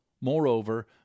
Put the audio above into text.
Moreover